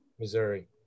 Missouri